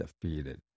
defeated